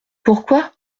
pourquoi